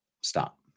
stop